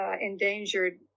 endangered